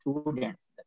students